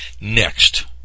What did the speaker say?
Next